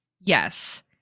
Yes